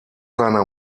seiner